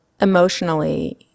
emotionally